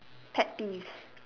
pet peeves